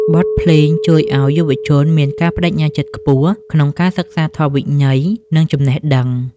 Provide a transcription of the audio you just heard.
បទភ្លេងជួយឱ្យយុវជនមានការប្ដេជ្ញាចិត្តខ្ពស់ ក្នុងការសិក្សាធម៌វិន័យ និងចំណេះដឹង។